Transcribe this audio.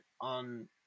on